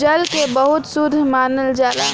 जल के बहुत शुद्ध मानल जाला